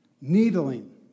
needling